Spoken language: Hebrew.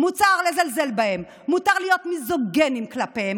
מותר לזלזל בהן,